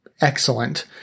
excellent